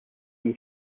him